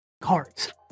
Cards